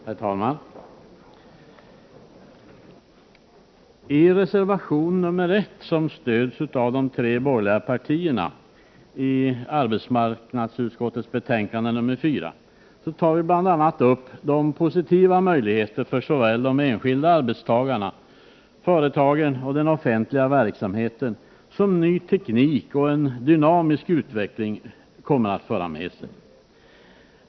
Herr talman! I reservation 1, som stöds av de tre borgerliga partierna, tar vi bl.a. upp de positiva möjligheter för såväl de enskilda arbetstagarna och företagen som den offentliga verksamheten som ny teknik och en dynamisk utveckling kommer att föra med sig.